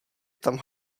tam